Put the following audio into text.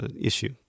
issue